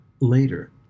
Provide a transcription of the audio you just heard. later